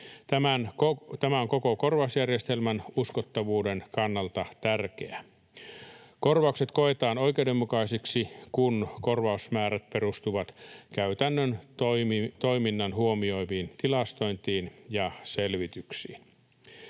Tämä on koko korvausjärjestelmän uskottavuuden kannalta tärkeä. Korvaukset koetaan oikeudenmukaisiksi, kun korvausmäärät perustuvat käytännön toiminnan huomioiviin tilastointiin ja selvityksiin.